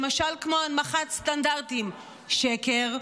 למשל כמו הנמכת סטנדרטים" שקר,